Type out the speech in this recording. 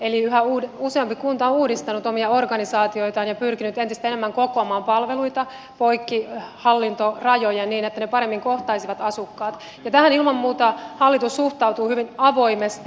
eli yhä useampi kunta on uudistanut omia organisaatioitaan ja pyrkinyt entistä enemmän kokoa maan palveluita poikki hallintorajojen niin että ne paremmin kohtaisivat asukkaat ja tähän ilman muuta hallitus suhtautuu hyvin avoimesti